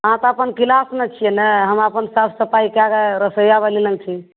अहाँ तऽ अपन क्लासमे छियै ने हम अपन साफ सफाइ कए कए रसोइया गलीमे छी